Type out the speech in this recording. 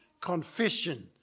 confession